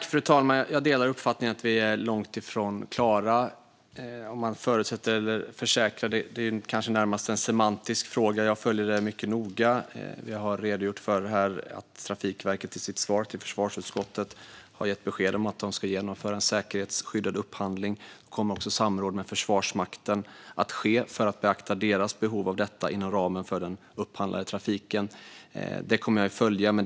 Fru talman! Jag delar uppfattningen att vi är långt ifrån klara. Om man förutsätter eller försäkrar är kanske närmast en semantisk fråga. Jag följer detta mycket noga. Jag har redogjort för att Trafikverket i sitt svar till försvarsutskottet gett beskedet att det ska genomföras en säkerhetsskyddad upphandling. Då kommer också samråd med Försvarsmakten att ske för att deras behov ska beaktas inom ramen för den upphandlade trafiken. Detta kommer jag att följa.